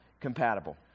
compatible